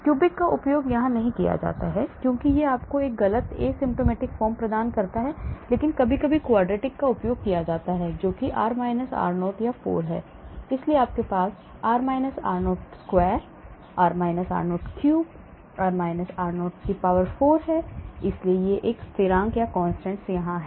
cubic का उपयोग नहीं किया जाता है क्योंकि यह आपको एक गलत asymptomatic form प्रदान करता है लेकिन कभी कभी quartic का भी उपयोग किया जाता है जो कि r r0 या 4 है इसलिए आपके पास r - r0 square r - r0 cube r - r0 power 4है इसलिए कई स्थिरांक यहाँ आ रहे हैं